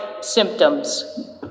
symptoms